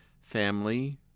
family